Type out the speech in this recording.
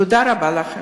תודה רבה לכם.